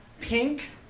pink